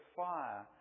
fire